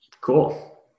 Cool